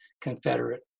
Confederate